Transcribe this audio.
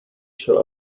show